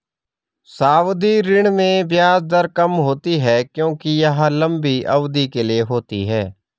सावधि ऋण में ब्याज दर कम होती है क्योंकि यह लंबी अवधि के लिए होती है